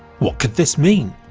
what could this mean!